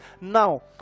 now